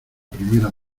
primera